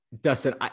Dustin